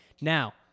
Now –